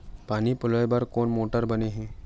पानी पलोय बर कोन मोटर बने हे?